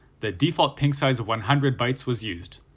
the default ping size of one hundred bytes was used,